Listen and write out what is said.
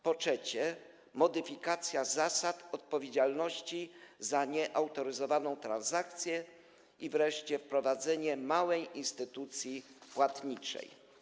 Po trzecie, modyfikacja zasad odpowiedzialności za nieautoryzowaną transakcję i wreszcie wprowadzenie małej instytucji płatniczej.